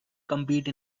compete